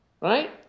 Right